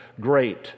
great